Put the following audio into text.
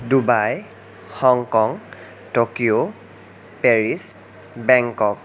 Dubai Hong Kong Tokyo Paris Bangkok